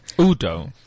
Udo